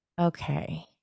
okay